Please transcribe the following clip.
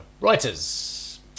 Writers